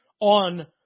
on